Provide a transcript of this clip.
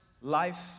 life